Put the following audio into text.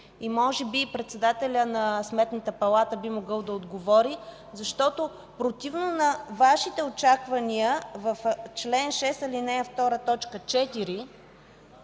Може би председателят на Сметната палата би могъл да отговори? Защото противно на Вашите очаквания в чл. 6,